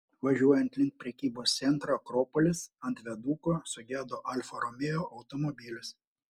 važiuojant link prekybos centro akropolis ant viaduko sugedo alfa romeo automobilis